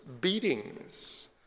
beatings